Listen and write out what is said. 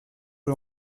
eux